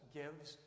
gives